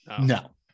no